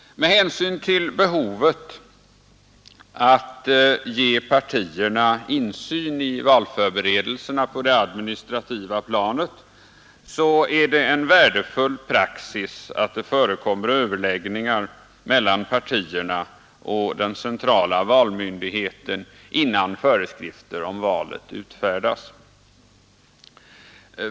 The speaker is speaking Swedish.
Med hänsyn till behovet av att ge partierna insyn i valförberedelserna på det administrativa planet är det en värdefull praxis att det förekommer överläggningar mellan partierna och den centrala valmyndigheten innan föreskrifter om valet utfärdas.